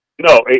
No